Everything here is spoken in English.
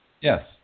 Yes